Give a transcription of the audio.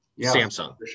samsung